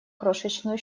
крошечную